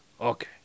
Okay